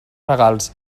regals